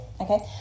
Okay